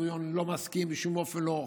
ובן-גוריון לא מסכים: בשום אופן לא,